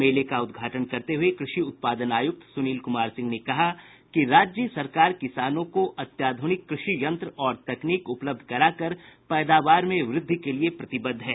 मेले का उद्घाटन करते हुए कृषि उत्पादन आयुक्त सुनील कुमार सिंह ने कहा है कि राज्य सरकार किसानों को अत्याधुनिक कृषि यंत्र और तकनीक उपलब्ध कराकर पैदावार में वृद्धि के लिए प्रतिबद्ध है